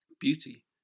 Beauty